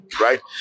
right